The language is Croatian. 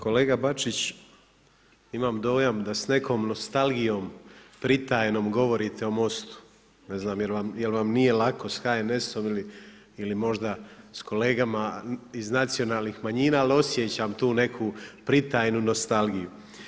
Kolega Bačić, imam dojam da s nekom nostalgijom pritajenom govorite o MOST-u, ne znam jel vam nije lako sa HNS-om ili možda s kolegama iz nacionalnih manjina, ali osjećam tu neku pritajenu nostalgiju.